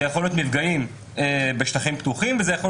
זה יכול להיות מפגעים בשטחים פתוחים וזה יכול